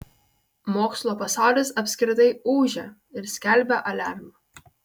mokslo pasaulis apskritai ūžia ir skelbia aliarmą